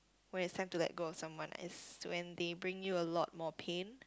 when it's time to let go of someone is when they bring you a lot more pain